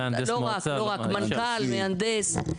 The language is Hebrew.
לא רק, מנכ"ל, מהנדס.